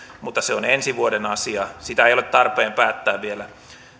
mutta se on ensi vuoden asia sitä ei ole tarpeen päättää vielä